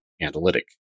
analytic